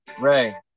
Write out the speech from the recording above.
Ray